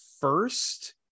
first